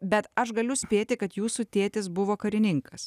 bet aš galiu spėti kad jūsų tėtis buvo karininkas